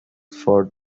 for